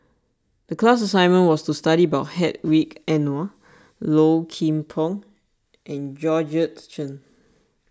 the class assignment was to study about Hedwig Anuar Low Kim Pong and Georgette Chen